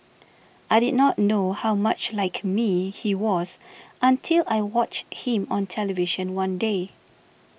I did not know how much like me he was until I watch him on television one day